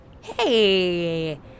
Hey